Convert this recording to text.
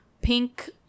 Pink